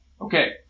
okay